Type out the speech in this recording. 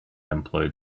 employed